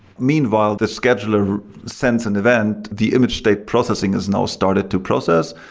meanwhile, the scheduler sends an event. the image state processing has now started to process,